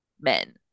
men